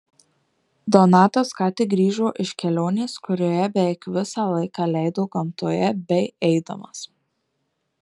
donatas ką tik grįžo iš kelionės kurioje beveik visą laiką leido gamtoje bei eidamas